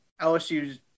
LSU's